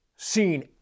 seen